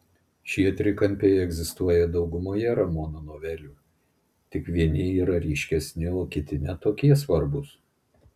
šie trikampiai egzistuoja daugumoje ramono novelių tik vieni yra ryškesni o kiti ne tokie svarbūs